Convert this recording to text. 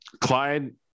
Clyde